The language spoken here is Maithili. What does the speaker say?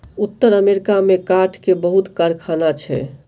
उत्तर अमेरिका में काठ के बहुत कारखाना छै